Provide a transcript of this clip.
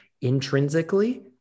intrinsically